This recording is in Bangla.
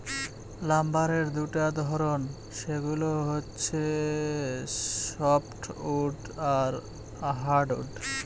লাম্বারের দুটা ধরন, সেগুলো হচ্ছে সফ্টউড আর হার্ডউড